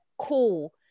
cool